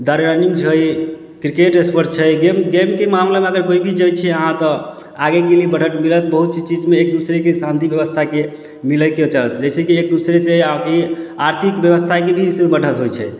द running छै cricket sport छै game गेमके मामलामे अगर कोइ भी जाइ छियै अहाँ तऽ आगेके लिए बढ़त मिलत बहुत सी चीजमे एक दूसरेके शांति व्यवस्थाके मिलयके चाहत जैसेकि एक दूसरे से अहाँके आर्थिक व्यवस्थाके भी एहिसे बढ़त होइ छै